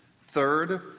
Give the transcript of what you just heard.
Third